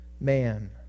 man